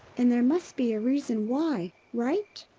and there must be a reason why, right?